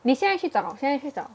你现在去找现在去找